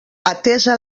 atesa